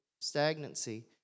Stagnancy